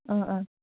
अँ अँ